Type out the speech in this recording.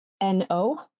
NO